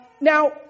Now